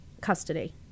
custody